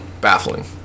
Baffling